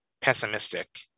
pessimistic